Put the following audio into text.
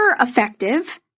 effective